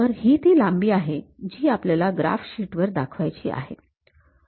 तर ही ती लांबी आहे जी आपल्याला ग्राफ शीट वर दाखवायची आहे